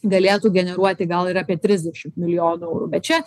galėtų generuoti gal ir apie trisdešimt milijonų eurų bet čia